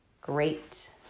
great